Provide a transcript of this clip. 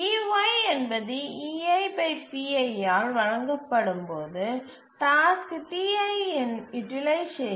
ey என்பது ஆல் வழங்கப்படும் போது டாஸ்க் ti இன் யூட்டிலைசேஷன்